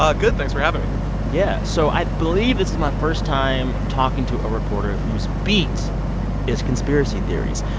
ah good. thanks for having me yeah. so i believe this is my first time talking to a reporter whose beat is conspiracy theories.